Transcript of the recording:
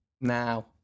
now